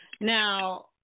Now